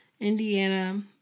Indiana